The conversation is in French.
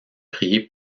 prié